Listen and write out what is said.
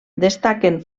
destaquen